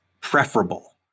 preferable